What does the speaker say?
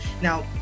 Now